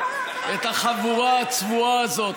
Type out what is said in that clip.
את החבורה הצבועה הזאת,